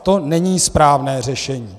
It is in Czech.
To není správné řešení.